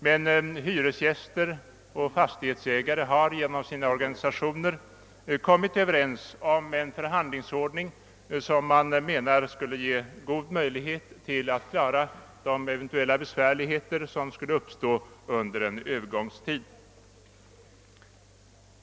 Men hyresgäster och fastighetsägare har genom sina organisationer kommit överens om en förhandlingsordning som de menar skulle ge god möjlighet att klara de eventuella svårigheter som skulle uppstå under en övergångstid.